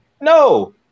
No